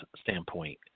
standpoint